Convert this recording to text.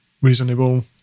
reasonable